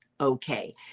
okay